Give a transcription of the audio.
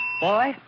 Boy